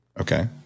okay